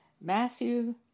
Matthew